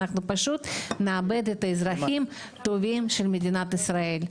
אנחנו פשוט נאבד את האזרחים הטובים של מדינת ישראל,